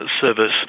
service